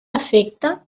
efecte